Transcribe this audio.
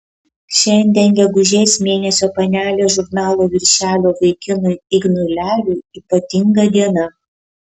šiandien gegužės mėnesio panelės žurnalo viršelio vaikinui ignui leliui ypatinga diena